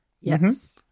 yes